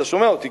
אתה שומע אותי,